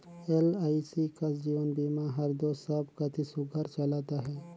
LIC कस जीवन बीमा हर दो सब कती सुग्घर चलत अहे